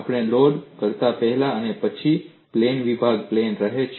આપણે લોડ કરતા પહેલા અને પછી પ્લેન વિભાગ પ્લેન રહે છે